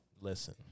listen